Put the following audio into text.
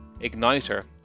Igniter